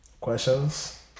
questions